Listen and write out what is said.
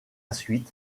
suite